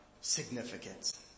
significance